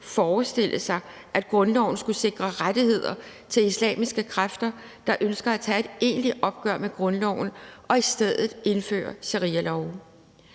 forestille sig, at grundloven skulle sikre rettigheder til islamiske kræfter, der ønsker at tage et egentligt opgør med grundloven og i stedet indføre sharialove.